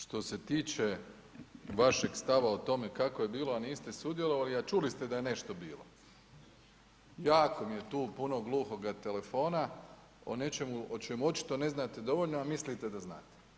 Što se tiče vašeg stava o tome kako je bilo, a niste sudjelovali, a čuli ste da je nešto bilo, jako mi je tu puno gluhoga telefona o nečemu o čemu očito ne znate dovoljno, a mislite da znate.